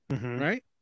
Right